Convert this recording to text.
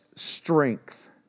strength